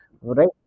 Right